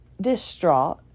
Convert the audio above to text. distraught